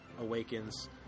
awakens